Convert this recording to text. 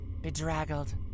bedraggled